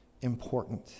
important